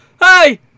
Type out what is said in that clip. Hi